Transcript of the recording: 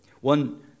One